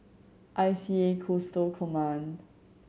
I C A Coastal Command